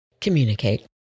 Communicate